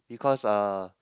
because uh